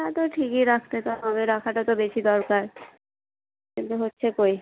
তা তো ঠিকই রাখতে তো হবে রাখাটা তো বেশি দরকার কিন্তু হচ্ছে কই